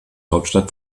hauptstadt